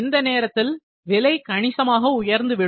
இந்த நேரத்தில் விலை கணிசமாக உயர்ந்து விடும்